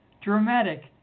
dramatic